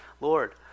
Lord